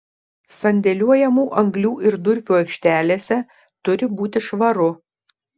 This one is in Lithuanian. sandėliuojamų anglių ir durpių aikštelėse turi būti švaru